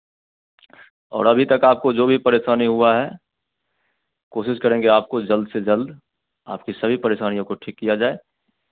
और आप भी तक आपको जो भी परेशानी हुआ है कोशिश करेंगे आपको जल्द से जल्द आपकी सभी परेशानियों को ठीक किया जाए